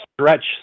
stretch